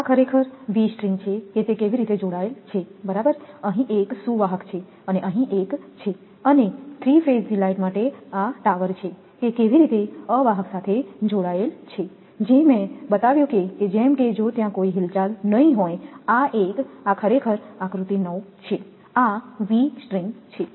આ ખરેખર V string છે કે તે કેવી રીતે જોડાયેલ છે બરાબર અહીં 1 સુવાહક છે અને અહીં 1 છે અને 3 તબક્કાની લાઈન માટે આ ટાવર છે કે કેવી રીતે અવાહક સાથે જોડાયેલ છે જે મેં બતાવ્યું કે જેમ કે જો ત્યાં કોઈ હિલચાલ નહીં હોય આ 1 આ ખરેખર આકૃતિ 9 છે આ વી તાર છે